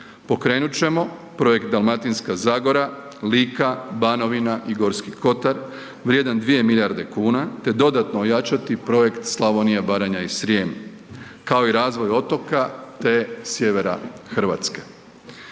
Pokrenut ćemo projekt Dalmatinska zagora, Lika, Banovina i Gorski kotar vrijedan 2 milijarde kuna te dodatno ojačati projekt Slavonija, Baranja i Srijem, kao i razvoj otoka te sjevera Hrvatske.